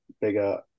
bigger